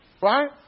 Right